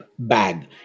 bag